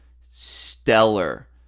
stellar